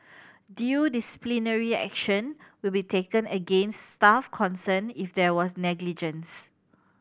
due disciplinary action will be taken against staff concerned if there was negligence